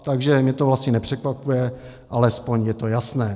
Takže mě to vlastně nepřekvapuje, alespoň je to jasné.